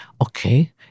Okay